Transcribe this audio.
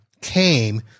came